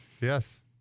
Yes